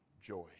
joy